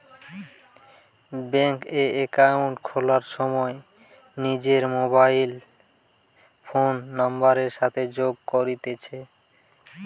bank এ account খোলার সময় নিজর মোবাইল ফোন নাম্বারের সাথে যোগ করতিছে